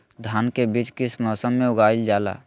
धान के बीज किस मौसम में उगाईल जाला?